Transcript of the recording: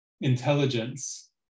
intelligence